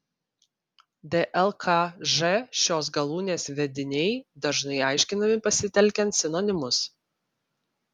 dlkž šios galūnės vediniai dažnai aiškinami pasitelkiant sinonimus